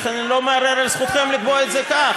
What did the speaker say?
ולכן אני לא מערער על זכותכם לקבוע את זה כך.